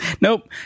Nope